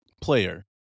player